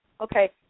okay